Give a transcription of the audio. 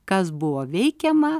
kas buvo veikiama